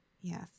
Yes